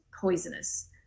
Poisonous